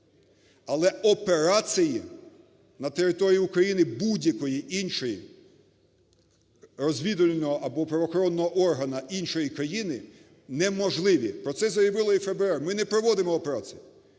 Але операції на території України будь-якого іншого розвідувального або правоохоронного органу іншої країни неможливі. Про це заявили і у ФБР: ми не проводимо операції.